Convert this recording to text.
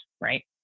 right